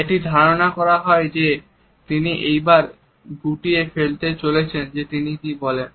একটি ধারণা করা যায় যে তিনি এবার গুটিয়ে ফেলতে চলেছেন তিনি কি বলেন